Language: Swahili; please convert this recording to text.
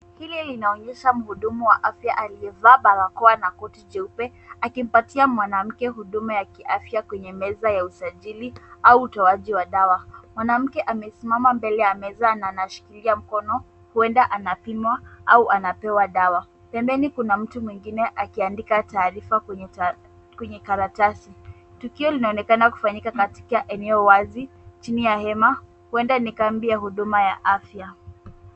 Hili linaonyesha mhudumu wa afya aliyevaa barakoa na koti jeupe alimpatia mwanamke afya kwenye meza ya usajili, au utoaji wa dawa. Mwanamke amesimama mbele ya meza na anashikilia mkono, huenda anapimwa au anapewa dawa. Pembeni kuna mtu mwingine akiandika taarifa kwenye karatasi. Tukio linaonekana kufanyika katika eneo wazi chini ya hema, huenda ni kambi ya huduma wa afya.